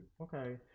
okay